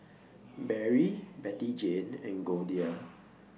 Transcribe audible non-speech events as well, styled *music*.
Barry Bettyjane and Goldia *noise*